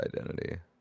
identity